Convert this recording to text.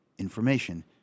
Information